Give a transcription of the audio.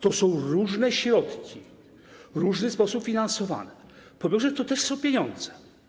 To są różne środki, w różny sposób finansowane, bo różne to też są pieniądze.